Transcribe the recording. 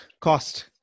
cost